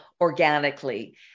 organically